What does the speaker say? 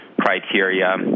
criteria